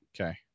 Okay